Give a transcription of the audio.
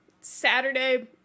saturday